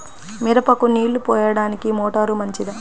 మిరపకు నీళ్ళు పోయడానికి మోటారు మంచిదా?